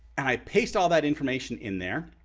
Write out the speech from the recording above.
i paste all that information in there.